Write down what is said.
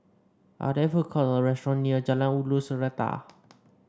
are there food court or restaurant near Jalan Ulu Seletar